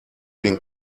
been